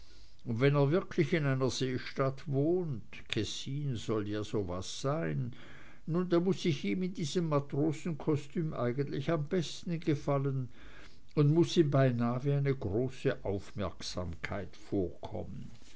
und wenn er wirklich in einer seestadt wohnt kessin soll ja so was sein nun da muß ich ihm in diesem matrosenkostüm eigentlich am besten gefallen und muß ihm beinah wie eine große aufmerksamkeit vorkommen